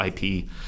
IP